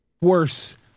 Worse